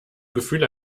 gefühle